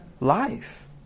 life